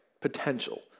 potential